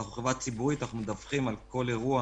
אנחנו חברה ציבורית, אנחנו מדווחים על כל אירוע,